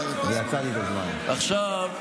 עכשיו,